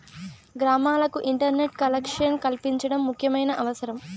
గ్రామాలకు internet collection కల్పించడం ముఖ్యమైన అవసరం